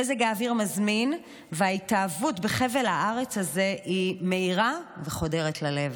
מזג האוויר מזמין וההתאהבות בחבל הארץ הזה היא מהירה וחודרת ללב.